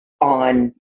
on